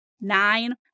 nine